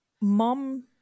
mom